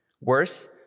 Worse